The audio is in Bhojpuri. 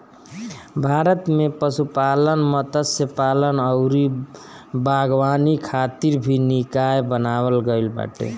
भारत में पशुपालन, मत्स्यपालन अउरी बागवानी खातिर भी निकाय बनावल गईल बाटे